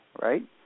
Right